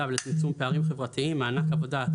ולצמצום פערים חברתיים (מענק עבודה),